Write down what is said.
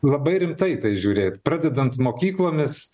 labai rimtai į tai žiūrėt pradedant mokyklomis